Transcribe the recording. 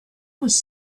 was